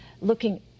looking